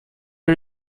are